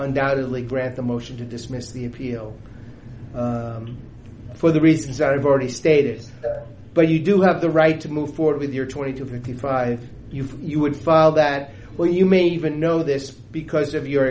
undoubtedly grant the motion to dismiss the appeal for the result i've already stated but you do have the right to move forward with your twenty to fifty five you would file that well you may even know this because of your